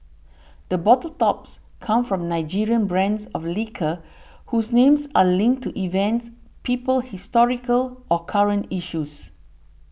the bottle tops come from Nigerian brands of liquor whose names are linked to events people historical or current issues